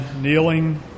kneeling